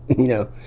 you know.